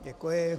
Děkuji.